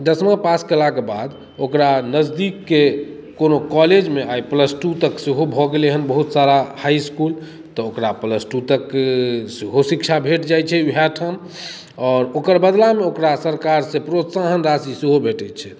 दसमा पास कयलाक बाद ओकरा नजदीकके कोनो कॉलेजमे आइ प्लस टू तक सेहो भऽ गेलै हेँ बहुत सारा हाइ इस्कुल तऽ ओकरा प्लस टू तक सेहो शिक्षा भेट जाइत छै उएह ठाम आ ओकर बदलामे ओकरा सरकारसँ प्रोत्साहन राशि सेहो भेटैत छै